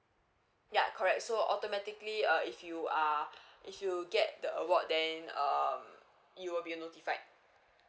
yup correct so automatically uh if you are if you get the award then um you will be notified